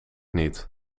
niet